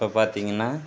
இப்போ பார்த்திங்கன்னா